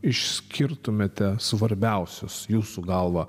išskirtumėte svarbiausius jūsų galva